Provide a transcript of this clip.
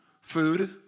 food